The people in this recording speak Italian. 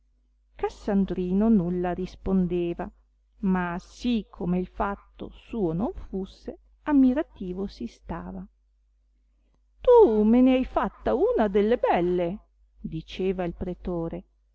cassandrino nulla rispondeva ma sì come il fatto suo non fusse ammirativo si stava tu me ne hai fatta una delle belle diceva il pretore